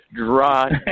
dry